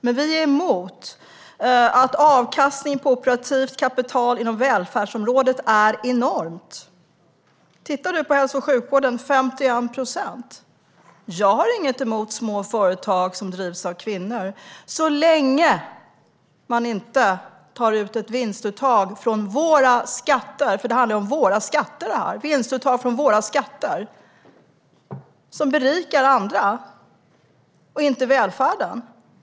Men vi är emot att avkastning på operativt kapital inom välfärdsområdet är enormt. Tittar du på hälso och sjukvården är den 51 procent. Jag har inte något emot små företag som drivs av kvinnor, så länge som man inte tar ut ett vinstuttag från våra skatter. Det handlar om vinstuttag från våra skatter som berikar andra och inte välfärden.